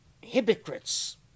hypocrites